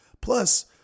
Plus